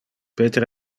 peter